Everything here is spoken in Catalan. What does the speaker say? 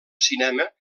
cinema